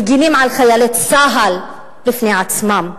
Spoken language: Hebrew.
מגינים על חיילי צה"ל מפני עצמם,